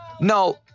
No